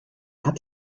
hat